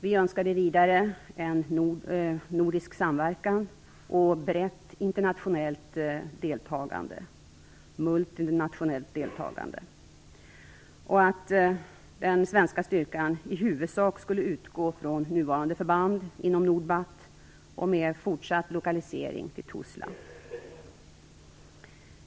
Vi önskade vidare en nordisk samverkan, ett brett multinationellt deltagande och att den svenska styrkan i huvudsak skulle utgå från nuvarande förband inom NORDBAT, med fortsatt lokalisering i Tuzla.